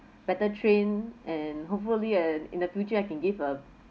better train and hopefully uh in the future I can give a